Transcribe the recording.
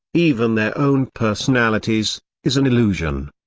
even their own personalities is an illusion.